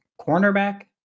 cornerback